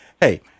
hey